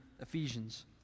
Ephesians